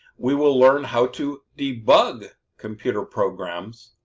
we will learn how to debug computer programs,